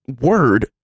word